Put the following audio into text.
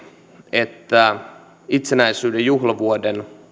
että itsenäisyyden juhlavuoden